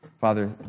Father